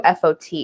FOT